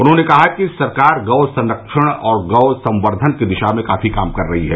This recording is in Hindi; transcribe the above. उन्होंने कहा कि सरकार गौसंरक्षण और गौसंक्षन की दिशा में काफी काम कर रही है